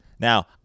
Now